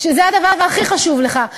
שזה הדבר הכי חשוב לך,